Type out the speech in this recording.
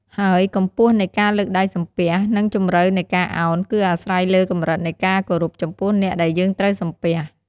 ហើយកម្ពស់នៃការលើកដៃសំពះ និងជម្រៅនៃការឱន គឺអាស្រ័យលើកម្រិតនៃការគោរពចំពោះអ្នកដែលយើងត្រូវសំពះ។